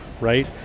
right